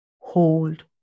hold